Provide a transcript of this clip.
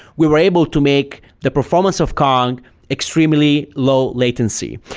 we're able to make the performance of kong extremely low latency.